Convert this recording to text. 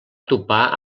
topar